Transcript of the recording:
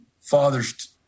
fathers